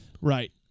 Right